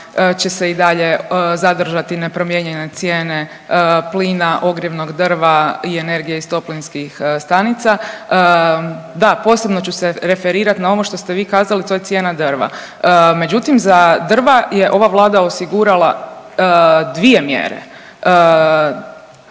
će se i dalje zadržati nepromijenjene cijene plina, ogrjevnog drva i energije iz toplinskih stanica, da posebno ću se referirati na ovo što ste vi kazali, a to je cijena drva. Međutim, za drva je ova Vlada osigurala dvije mjere.